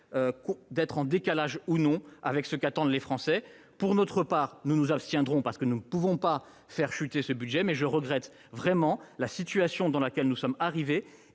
image de décalage avec ce qu'attendent les Français. Pour notre part, nous nous abstiendrons donc, parce que nous ne pouvons pas faire chuter ce budget, mais je regrette vraiment la situation dans laquelle nous sommes arrivés